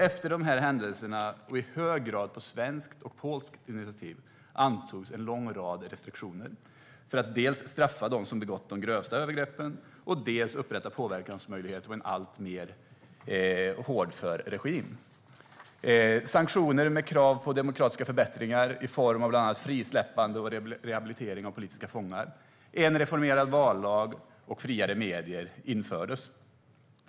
Efter dessa händelser antogs, i hög grad på svenskt och polskt initiativ, en lång rad restriktioner för att dels straffa dem som begått de grövsta övergreppen, dels upprätta påverkansmöjligheter på en alltmer hårdför regim. Sanktioner med krav på demokratiska förbättringar i form av bland annat frisläppande och rehabilitering av politiska fångar, en reformerad vallag och friare medier infördes.